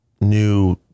new